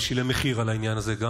וגם שילם מחיר על העניין הזה,